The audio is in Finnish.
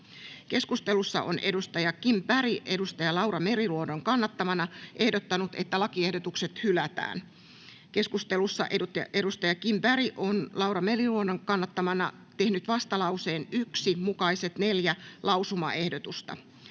Keskustelussa Kim Berg on Laura Meriluodon kannattamana ehdottanut, että lakiehdotukset hylätään. Lisäksi keskustelussa on Kim Berg Laura Meriluodon kannattamana tehnyt vastalauseen 1 mukaiset neljä lausumaehdotusta